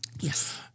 Yes